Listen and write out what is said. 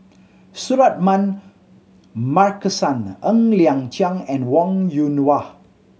Suratman Markasan Ng Liang Chiang and Wong Yoon Wah